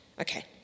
Okay